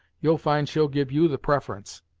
you'll find she'll give you the preference.